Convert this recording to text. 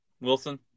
Wilson